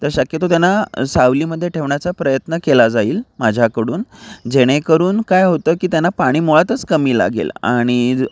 तर शक्यतो त्यांना सावलीमध्ये ठेवण्याचा प्रयत्न केला जाईल माझ्याकडून जेणेकरून काय होतं की त्यांना पाणी मुळातच कमी लागेल आणि ज